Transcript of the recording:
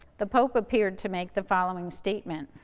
the pope appeared to make the following statement